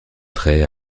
trait